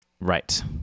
Right